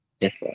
Yes